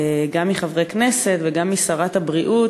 גם מחברי כנסת וגם משרת הבריאות,